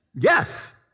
Yes